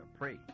pray